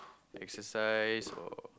exercise or